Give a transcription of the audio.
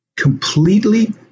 completely